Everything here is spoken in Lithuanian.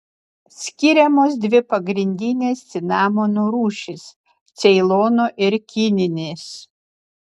skiriamos dvi pagrindinės cinamono rūšys ceilono ir kininis